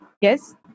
Yes